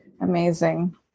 amazing